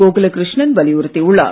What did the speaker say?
கோகுலகிருஷ்ணன் வலியுறுத்தியுள்ளார்